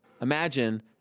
imagine